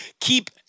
keep